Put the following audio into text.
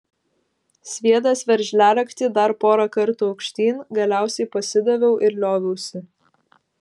sviedęs veržliaraktį dar pora kartų aukštyn galiausiai pasidaviau ir lioviausi